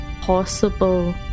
possible